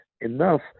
enough